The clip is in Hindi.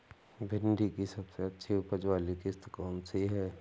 भिंडी की सबसे अच्छी उपज वाली किश्त कौन सी है?